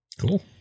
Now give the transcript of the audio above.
Cool